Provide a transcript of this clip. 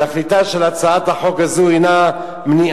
תכליתה של הצעת החוק הזו הינה מניעת